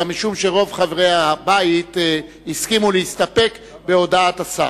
אלא משום שרוב חברי הבית הסכימו להסתפק בהודעת השר.